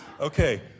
Okay